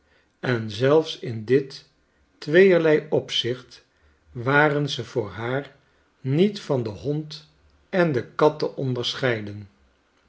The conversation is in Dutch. en zich kondenbewegen en zelfsin dittweeerlei opzicht waren ze voor haar niet van den hond en de kat te onderscheiden